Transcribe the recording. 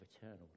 eternal